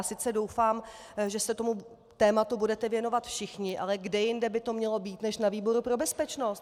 Sice doufám, že se tématu budete věnovat všichni, ale kde jinde by to mělo být než na výboru pro bezpečnost.